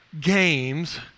games